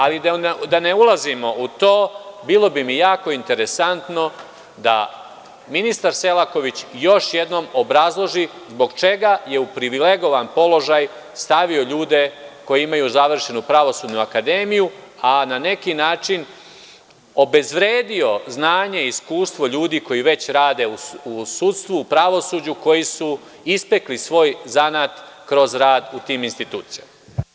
Ali, da ne ulazimo u to bilo bi mi jako interesantno da ministar Selaković još jednom obrazloži zbog čega je u privilegovan položaj stavio ljude koji imaju završenu pravosudnu akademiju, a na neki način obezvredio znanje i iskustvo ljudi koji već rade u sudstvu, u pravosuđu, koji su ispekli svoj zanat kroz rad u tim institucijama.